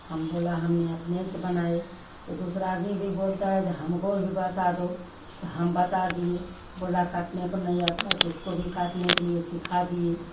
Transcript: हम बोले हम अपने से बनाए तो दूसरा आदमी भी बोलता है जो हमको भी बता दो तो हम बता दिए बोला काटने को नहीं आता है तो उसको भी काटने के लिए सिखा दिए